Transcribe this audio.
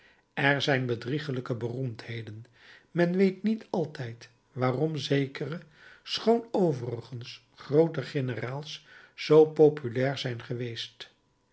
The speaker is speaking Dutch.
er zijn bedriegelijke beroemdheden men weet niet altijd waarom zekere schoon overigens groote generaals zoo populair zijn geweest